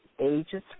ages